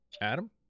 Adam